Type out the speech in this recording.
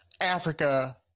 Africa